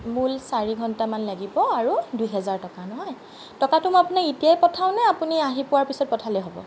মূল চাৰি ঘণ্টামান লাগিব আৰু দুহেজাৰ টকা নহয় টকাটো মই আপোনাক এতিয়াই পঠাওঁ নে আপুনি আহি পোৱাৰ পিছত পঠালে হ'ব